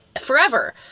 forever